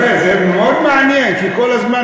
זה מאוד מעניין, כי כל הזמן